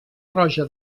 roja